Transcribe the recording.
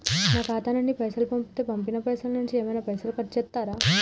నా ఖాతా నుండి పైసలు పంపుతే పంపిన పైసల నుంచి ఏమైనా పైసలు కట్ చేత్తరా?